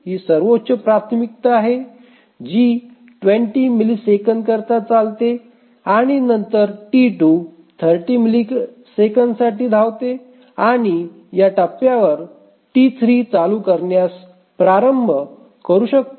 T1 ही सर्वोच्च प्राथमिकता आहे जी 20 मिलिसेकंदांकरिता चालते आणि नंतर T2 30 मिलिसेकंदसाठी धावते आणि या टप्प्यावर T3 चालू करण्यास प्रारंभ करू शकते